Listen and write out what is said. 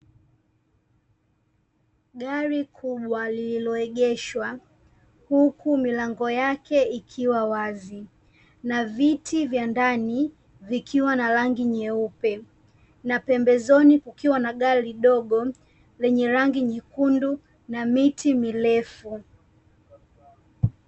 Gari kubwa lililoegeshwa huku milango yake ikiwa wazi, na viti vya ndani vikiwa na rangi nyeupe, na pembezoni kukiwa na gari dogo lenye rangi nyekundu na miti mirefu.